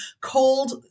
Cold